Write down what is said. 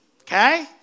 Okay